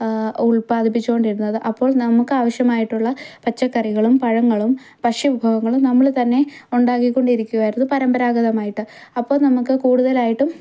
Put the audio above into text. ഉല്പാദിപ്പിച്ചുകൊണ്ടിരുന്നത് അപ്പോൾ നമുക്ക് ആവശ്യമായിട്ടുള്ള പച്ചക്കറികളും പഴങ്ങളും ഭക്ഷ്യ വിഭവങ്ങളും നമ്മൾ തന്നെ ഉണ്ടാക്കിക്കൊണ്ടിരുക്കുവായിരുന്നു പരമ്പരാഗതം ആയിട്ട് അപ്പോൾ നമുക്ക് കൂടുതലായിട്ടും